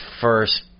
first